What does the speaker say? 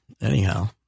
anyhow